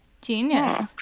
Genius